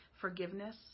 Forgiveness